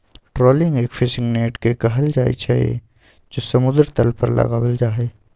trawling एक fishing net से कइल जाहई जो समुद्र तल पर लगावल जाहई